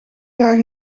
graag